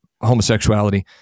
homosexuality